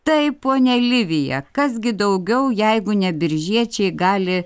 taip ponia livija kas gi daugiau jeigu ne biržiečiai gali